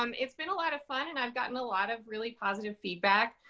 um it's been a lot of fun. and i've gotten a lot of really positive feedback.